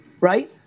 right